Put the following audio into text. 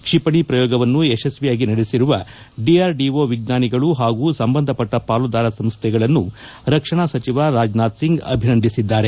ಕ್ರಿಪಣಿ ಪ್ರಯೋಗವನ್ನು ಯಶಸ್ವಿಯಾಗಿ ನಡೆಸಿರುವ ಡಿಆರ್ಡಿಓ ವಿಜ್ಞಾನಿಗಳು ಹಾಗೂ ಸಂಬಂಧಪಟ್ಟ ಪಾಲುದಾರ ಸಂಸ್ಲೆಗಳನ್ನು ರಕ್ಷಣಾ ಸಚಿವ ರಾಜನಾಥ್ಸಿಂಗ್ ಅಭಿನಂದಿಸಿದ್ದಾರೆ